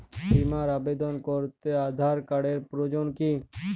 বিমার আবেদন করতে আধার কার্ডের প্রয়োজন কি?